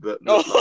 no